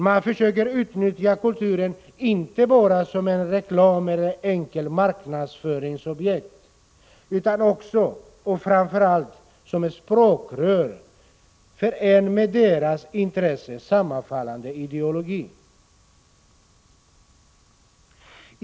Man försöker utnyttja kulturen inte bara som reklam eller som ett enkelt marknadsföringsobjekt, utan också, och framför allt, som ett språkrör för en med deras intresse sammanfallande ideologi.